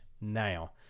now